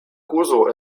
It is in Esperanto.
kurso